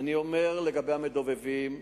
לגבי המדובבים,